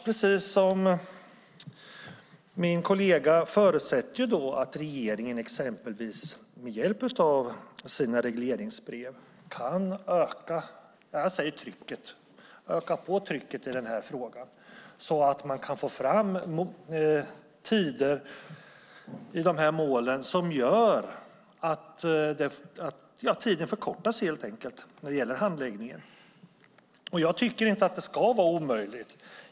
Precis som min kollega förutsätter jag att regeringen med hjälp av sina regleringsbrev kan öka trycket i frågan så att man kan få kortare handläggningstider i de här målen. Jag tycker inte att det borde vara omöjligt.